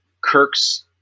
Kirk's